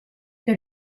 que